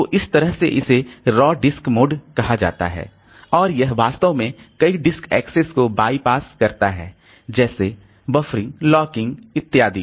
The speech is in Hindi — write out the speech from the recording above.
तो इस तरह से जिसे रॉ डिस्क मोड कहा जाता है और यह वास्तव में कई डिस्क एक्सेस को बायपास करता है जैसे बफरिंग लॉकिंग इत्यादि